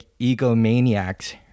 egomaniacs